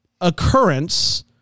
occurrence